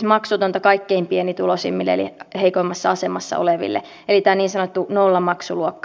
maksutonta kaikkein pienituloisimmille eli heikoimmassa asemassa oleville eli tämä niin sanottu nollamaksuluokka säilytetään